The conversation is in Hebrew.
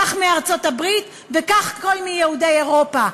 כך מארצות-הברית, וכך מיהודי אירופה.